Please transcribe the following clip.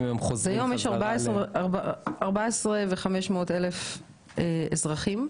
היום יש 14,500 אזרחים?